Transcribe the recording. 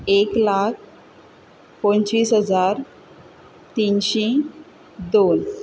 एक लाख पंचवीस हजार तिनशीं दोन